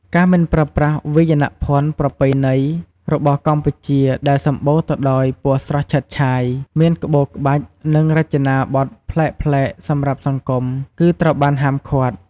ការមិនប្រើប្រាស់វាយនភ័ណ្ឌប្រពៃណីរបស់កម្ពុជាដែលសម្បូរទៅដោយពណ៌ស្រស់ឆើតឆាយ មានក្បូរក្បាច់ និងរចនាបទប្លែកៗសម្រាប់សង្គម គឺត្រូវបានហាម់ឃាត់។